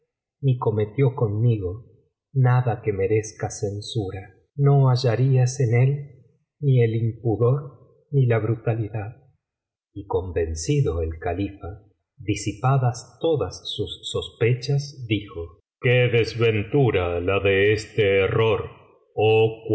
ni cometió conmigo nada que merezca censura no hallarías en él ni el impudor ni la brutalidad y biblioteca valenciana generalitat valenciana historia de ghanem y fetnah convencido el califa disipadas todas sus sospechas dijo qué desventura la de este error oh